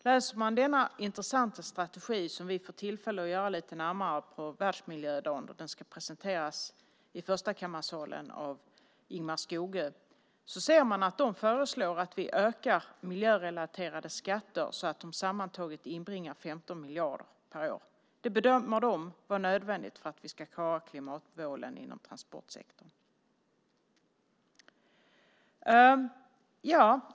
Läser man denna intressanta strategi, vilket vi får tillfälle att göra lite närmare på världsmiljödagen, då den ska presenteras i Förstakammarsalen av Ingemar Skogö, ser man att de föreslår att vi ökar miljörelaterade skatter så att de sammantaget inbringar 15 miljarder per år. Det bedömer de vara nödvändigt för att vi ska klara klimatmålen inom transportsektorn.